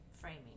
framing